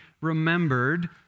remembered